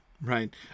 Right